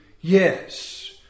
yes